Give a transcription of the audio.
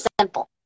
simple